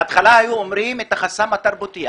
בהתחלה היו אומרים חסם תרבותי,